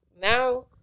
Now